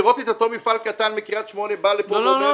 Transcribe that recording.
לראות את אותו מפעל קטן מקריית שמונה בא לפה ואומר.